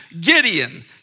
Gideon